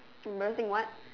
immersing what